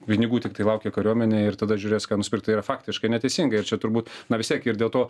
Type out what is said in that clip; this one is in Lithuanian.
pinigų tiktai laukia kariuomenė ir tada žiūrės ką nusipirkt tai yra faktiškai neteisinga ir čia turbūt na vis tiek ir dėl to